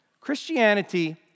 Christianity